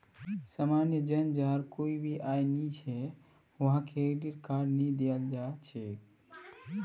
सामान्य जन जहार कोई भी आय नइ छ वहाक क्रेडिट कार्ड नइ दियाल जा छेक